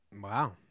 Wow